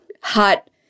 hot